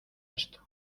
esto